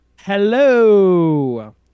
Hello